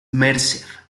mercer